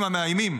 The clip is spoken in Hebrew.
המאיימים